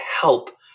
help